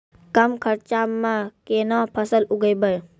कम खर्चा म केना फसल उगैबै?